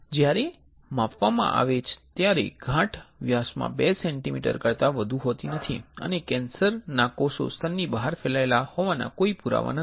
જ્યારે માપવામાં આવે ત્યારે ગાંઠ વ્યાસમાં 2 સેન્ટિમીટર કરતા વધુ હોતી નથી અને કેન્સરના કોષો સ્તનની બહાર ફેલાયેલા હોવાના કોઈ પુરાવા નથી